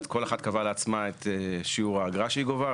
כל אחת קבעה לעצמה את שיעור האגרה שהיא גובה.